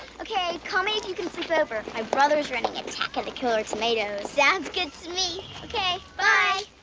okay, call me if you can sleep over. my brother's renting attack of the killer tomatoes! sounds good to me. okay. bye.